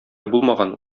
булмаган